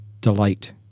delight